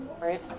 right